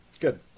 Good